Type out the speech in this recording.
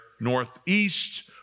northeast